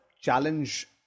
challenge